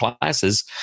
classes